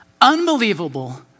unbelievable